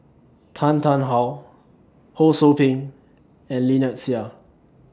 Tan Tarn How Ho SOU Ping and Lynnette Seah